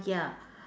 ya